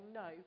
no